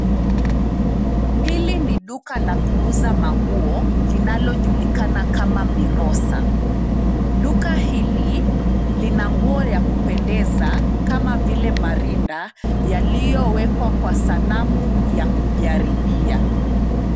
Hili ni duka la kuuza manguo linalojulikana kama Mirosa. Duka hili lina nguo ya kupendeza kama vile marinda yaliyowekwa kwa sanamu ya kujaribia.